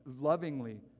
lovingly